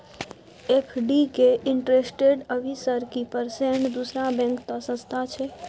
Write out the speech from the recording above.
FD के interest अभी sir की परसेंट दूसरा बैंक त सस्ता छः?